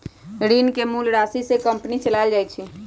ऋण के मूल राशि से कंपनी चलाएल जाई छई